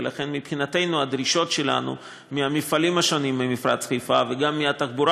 ולכן מבחינתנו הדרישות שלנו מהמפעלים השונים במפרץ חיפה וגם מהתחבורה